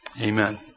Amen